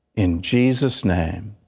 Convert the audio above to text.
in jesus name.